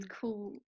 cool